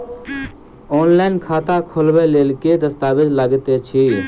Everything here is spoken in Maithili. ऑनलाइन खाता खोलबय लेल केँ दस्तावेज लागति अछि?